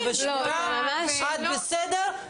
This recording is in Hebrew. את בסדר.